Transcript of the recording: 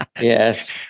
yes